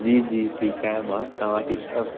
जी जी ठीकु आहियां मां तव्हां ठीकु आहियो